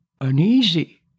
uneasy